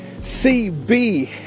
CB